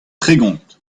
tregont